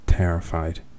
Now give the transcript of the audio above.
Terrified